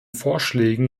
vorschlägen